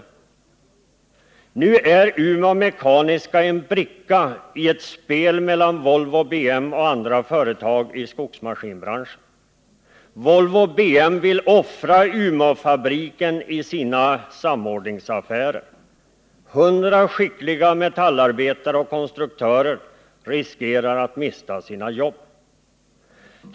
I dag är Umeå Mekaniska en bricka i ett spel mellan Volvo BM och andra företag i skogsmaskinbranschen. Volvo BM vill offra Umeåfabriken i sina samordningsaffärer. 100 skickliga metallarbetare och konstruktörer riskerar att mista sina jobb.